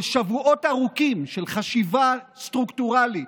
של שבועות ארוכים, של חשיבה סטרוקטורלית,